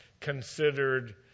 considered